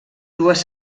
dues